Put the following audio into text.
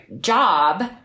job